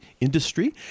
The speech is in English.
industry